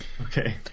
Okay